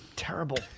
Terrible